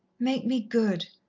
make me good.